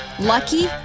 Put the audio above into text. Lucky